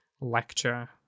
lecture